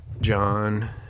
John